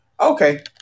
Okay